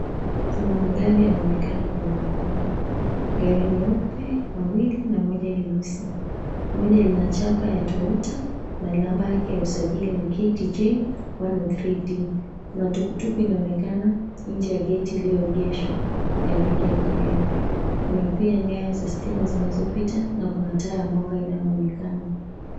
Kuna magari yanaonekana kwenye barabara, gari nyeupe mawili na moja leusi. Moja lina chapa ya Toyota na namba yake ya usajili ni KTJ 103D. Kuna tukutuku inaonekana nje ya geti iliyoegeshwa ya rangi ya kijani. Kuna pia nyaya za stima zinazopita na kuna taa ya mwanga inayoonekana.